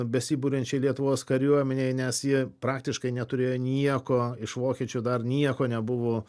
besikuriančiai lietuvos kariuomenei nes ji praktiškai neturėjo nieko iš vokiečių dar nieko nebuvo